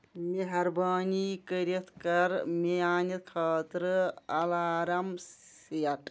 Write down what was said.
مہربٲنی کٔرِتھ کر میانہِ خٲطرٕ الارم سیٹ